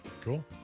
Cool